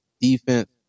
defense